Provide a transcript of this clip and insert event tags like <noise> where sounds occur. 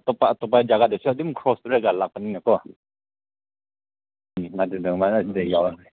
ꯑꯇꯣꯞꯄ ꯑꯇꯣꯞꯄ ꯖꯒꯥꯗꯁꯨ ꯑꯗꯨꯝ ꯈ꯭ꯔꯣꯁ ꯄꯤꯔꯒ ꯂꯥꯛꯄꯅꯤꯅꯀꯣ ꯎꯝ ꯑꯗꯨꯗ ꯑꯗꯨꯃꯥꯏꯅ ꯑꯗꯨꯗ ꯌꯥꯎꯔꯒꯦ <unintelligible>